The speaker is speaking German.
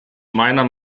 meiner